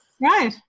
Right